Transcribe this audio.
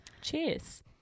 cheers